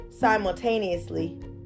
simultaneously